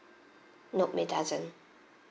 nope it doesn't